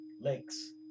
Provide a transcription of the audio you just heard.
lakes